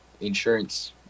insurance